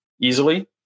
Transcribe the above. easily